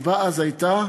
הסיבה אז הייתה